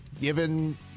given